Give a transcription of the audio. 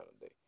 day